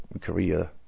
Korea